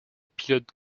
pilote